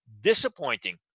disappointing